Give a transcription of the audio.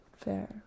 Fair